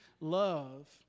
Love